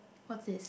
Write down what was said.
what's